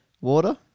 Water